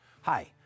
Hi